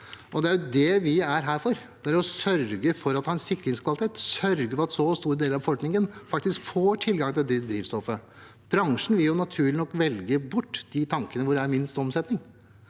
Det er det vi er her for: for å sørge for at vi har en sikringskvalitet, å sørge for at en så stor del av befolkningen faktisk får tilgang til det drivstoffet. Bransjen vil naturlig nok velge bort de tankene hvor det er minst omsetning.